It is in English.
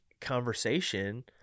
conversation